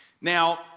Now